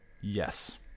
Yes